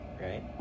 right